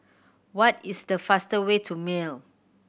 what is the fastest way to Male